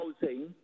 housing